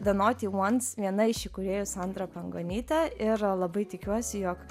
de noti uans viena iš įkūrėjų sandra pangonytė ir labai tikiuosi jog